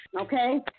Okay